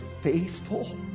faithful